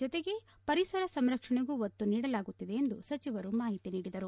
ಜತೆಗೆ ಪರಿಸರ ಸಂರಕ್ಷಣೆಗೂ ಒತ್ತು ನೀಡಲಾಗುತ್ತಿದೆ ಎಂದು ಸಚಿವರು ಮಾಹಿತಿ ನೀಡಿದರು